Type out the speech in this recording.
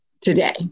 today